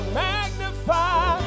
magnify